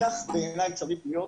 כך זה בעיני צריך להיות,